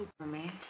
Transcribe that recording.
Superman